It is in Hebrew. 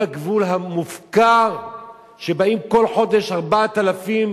כל הגבול מופקר ובאים כל חודש 4,000